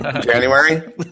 January